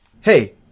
Hey